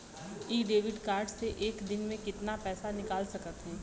इ debit card से एक दिन मे कितना पैसा निकाल सकत हई?